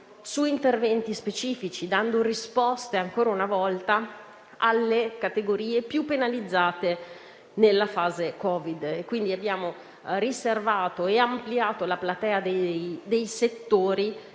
su interventi specifici, dando risposte ancora una volta alle categorie più penalizzate nella fase Covid. Abbiamo riservato e ampliato la platea dei settori